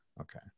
Okay